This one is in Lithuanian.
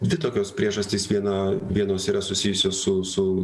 dvi tokios priežastys viena vienos yra susijusios su su